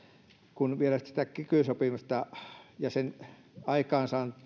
kun vielä sitä kiky sopimusta ja sen aikaansaamista